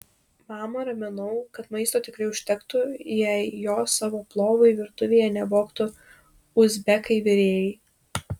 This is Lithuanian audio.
mamą raminau kad maisto tikrai užtektų jei jo savo plovui virtuvėje nevogtų uzbekai virėjai